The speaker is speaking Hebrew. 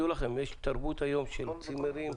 יש היום תרבות של צימרים.